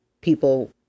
people